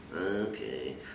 Okay